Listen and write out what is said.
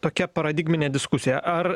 tokia paradigminė diskusija ar